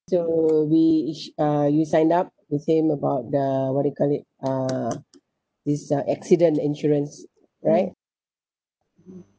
so we each uh you signed up and same about the what do you call it uh this uh accident insurance right mmhmm